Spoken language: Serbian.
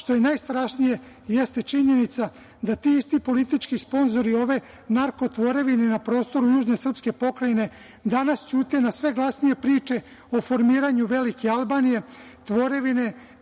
što je najstrašnije jeste činjenica da ti isti politički sponzori ove narko tvorevine na prostoru južne srpske pokrajine danas ćute na sve glasnije priče o formiranju velike Albanije, tvorevine,